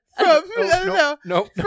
No